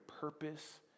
purpose